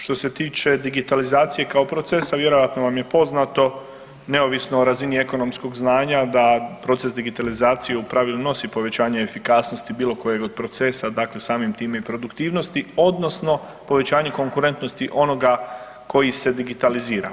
Što se tiče digitalizacije kao procesa, vjerojatno vam je poznato neovisno o razini ekonomskog znanja, da proces digitalizacije u pravilu nosi povećanje efikasnosti bilokojega od procesa, dakle samim time i produktivnosti odnosno povećanje konkurentnosti onoga koji se digitalizira.